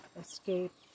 escape